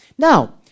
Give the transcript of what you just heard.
Now